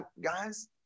guys